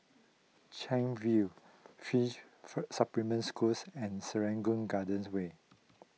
Chuan View fish for Supplementary Schools and Serangoon Gardens Way